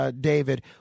David